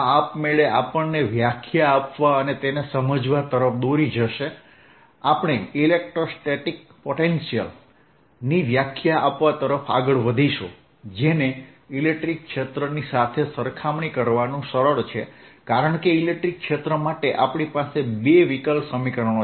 આ આપમેળે આપણને વ્યાખ્યા આપવા અને તેને સમજવા તરફ દોરી જશે આપણે ઇલેક્ટ્રોસ્ટેટિક પોટેન્શિયલ ની વ્યાખ્યા આપવા તરફ આગળ વધીશું જેને ઇલેક્ટ્રિક ક્ષેત્રની સાથે સરખામણી કરવાનું સરળ છે કારણ કે ઇલેક્ટ્રિક ક્ષેત્ર માટે આપણી પાસે બે વિકલ સમીકરણો છે